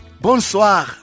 Bonsoir